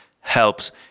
helps